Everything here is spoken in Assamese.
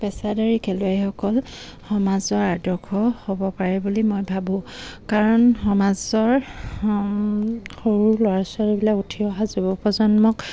পেছাদাৰী খেলুৱৈসকল সমাজৰ আদৰ্শ হ'ব পাৰে বুলি মই ভাবোঁ কাৰণ সমাজৰ সৰু ল'ৰা ছোৱালীবিলাক উঠি অহা যুৱ প্ৰজন্মক